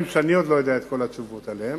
שאני לא יודע את כל התשובות עליהם,